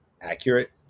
accurate